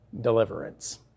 deliverance